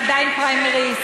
זה עדיין פריימריז.